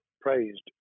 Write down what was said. praised